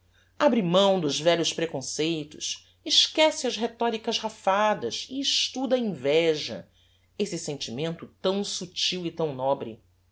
abre mão dos velhos preconceitos esquece as rhetoricas rafadas e estuda a inveja esse sentimento tão subtil e tão nobre